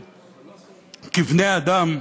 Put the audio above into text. כבני-אדם,